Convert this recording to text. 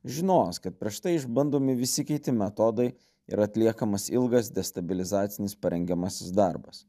žinos kad prieš tai išbandomi visi kiti metodai ir atliekamas ilgas destabilizacinis parengiamasis darbas